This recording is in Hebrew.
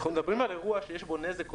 מדברים על אירוע שיש בו נזק,